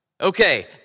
okay